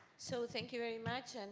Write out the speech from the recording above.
so thank you very much. and